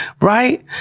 Right